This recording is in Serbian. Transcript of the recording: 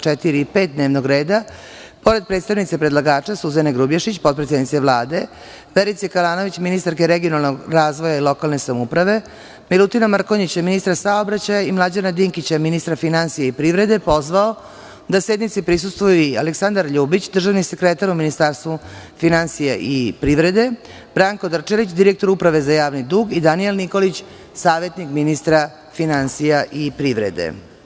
4. i 5. dnevnog reda, pored predstavnice predlagača Suzane Grubješić, potpredsednice Vlade, Verice Kalanović, ministarke regionalnog razvoja i lokalne samouprave, Milutina Mrkonjića, ministra saobraćaja i Mlađana Dinkića, ministra finansija i privrede, pozvao da sednici prisustvuje i Aleksandar Ljubić, državni sekretar u Ministarstvu finansija i privrede, Branko Drčević, direktor Uprave za javni dug i Danijel Nikolić, savetnik ministra finansija i privrede.